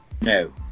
No